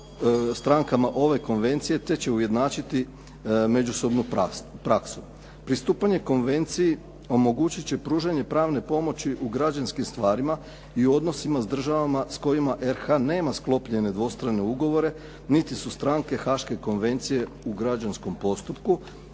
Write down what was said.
strankama ove konvencije, te će ujednačiti međusobnu praksu. Pristupanje konvenciji omogućit će pružanje pravne pomoći u građanskim stvarima i odnosima s državama s kojima RH nema sklopljene dvostrane ugovore, niti su stranke Hake konvencije u građanskom postupku,